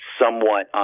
somewhat